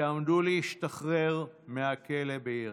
שעמדו להשתחרר מהכלא ביריחו.